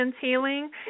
healing